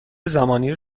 زمانی